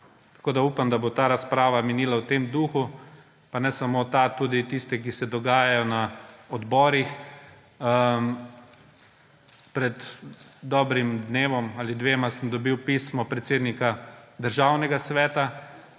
Tako da upam, da bo ta razprava minila v tem duhu, pa ne samo ta, tudi tiste, ki se dogajajo na odborih. Pred dobrim dnevom ali dvema sem dobil pismo predsednika Državnega sveta,